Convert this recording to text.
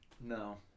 No